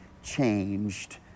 changed